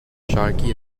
sharkey